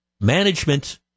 management